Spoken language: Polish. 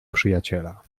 przyjaciela